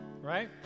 Right